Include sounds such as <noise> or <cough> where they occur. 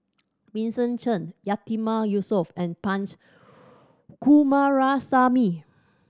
Vincent Cheng Yatiman Yusof and Punch <noise> Coomaraswamy